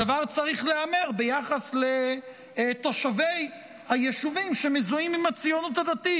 הדבר צריך להיאמר ביחס לתושבי היישובים שמזוהים עם הציונות הדתית.